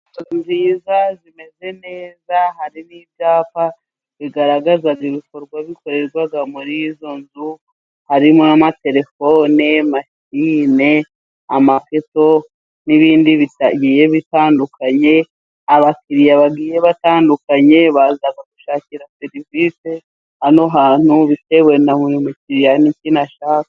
Inzu nziza, zimeze neza, harimo ibyapa bigaragaza ibikorwa bikorerwa muri izo nzu, harimo amaterefone, amafirime, amaketo n'ibindi bigiye bitandukanye. Abakiriya bagiye batandukanye baza gushakira serivisi hano hantu bitewe na buri mukiriya n'ikintu ashaka.